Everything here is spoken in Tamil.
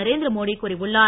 நரேந்திரமோடி கூறியுள்ளார்